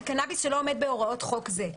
זה קנאביס שלא עומד בהוראות חוק זה.